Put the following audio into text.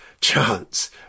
chance